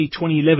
2011